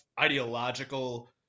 ideological